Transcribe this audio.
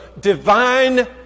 divine